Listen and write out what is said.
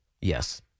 Yes